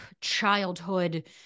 childhood